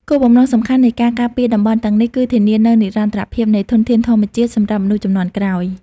គោលបំណងសំខាន់នៃការការពារតំបន់ទាំងនេះ គឺធានានូវនិរន្តរភាពនៃធនធានធម្មជាតិសម្រាប់មនុស្សជំនាន់ក្រោយ។